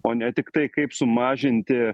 o ne tiktai kaip sumažinti